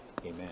Amen